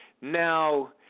now –